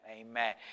Amen